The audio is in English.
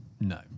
No